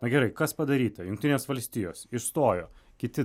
na gerai kas padaryta jungtinės valstijos išstojo kiti